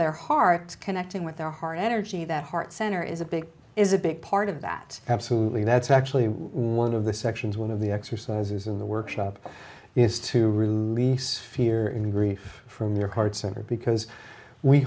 their hearts connecting with their heart energy that heart center is a big is a big part of that absolutely that's actually one of the sections one of the exercises in the workshop is to rude nice fear in grief from your heart center because we